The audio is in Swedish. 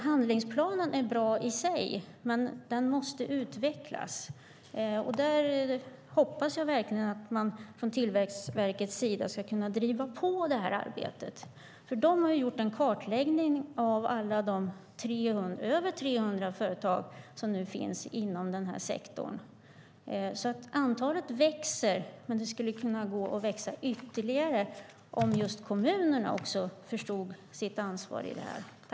Handlingsplanen är alltså bra i sig, men den måste utvecklas. Där hoppas jag verkligen att man från Tillväxtverkets sida ska kunna driva på det här arbetet. De har nämligen gjort en kartläggning av alla de över 300 företagen som finns inom den här sektorn. Antalet växer, men det skulle kunna gå att växa ytterligare om även kommunerna förstod sitt ansvar i detta.